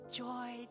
joy